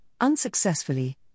unsuccessfully